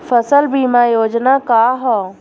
फसल बीमा योजना का ह?